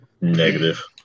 Negative